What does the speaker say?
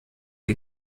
die